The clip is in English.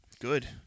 Good